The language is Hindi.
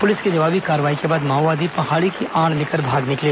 पुलिस की जवाबी कार्रवाई के बाद माओवादी पहाड़ी की आड़ लेकर भाग निकले